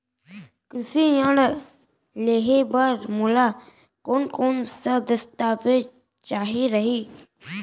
कृषि ऋण लेहे बर मोला कोन कोन स दस्तावेज चाही रही?